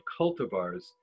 cultivars